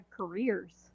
careers